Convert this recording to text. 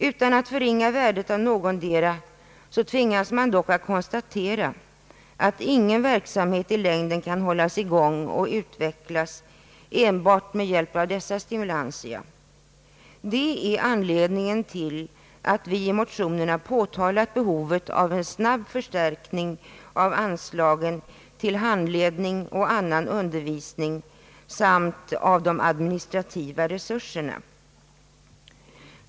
Utan att förringa värdet av någotdera tvingas man dock konstatera att ingen verksamhet i längden kan hållas i gång och utvecklas enbart med hjälp av dessa stimulantia. Det är anledningen till att vi i motionerna påtalat behovet av en snabb förstärkning av anslagen till handledning och annan undervisning samt av de administrativa resurserna.